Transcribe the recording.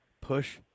push